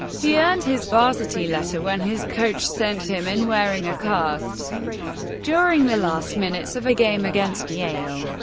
he earned his varsity letter when his coach sent him in wearing a cast during the last minutes of a game against yale.